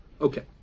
Okay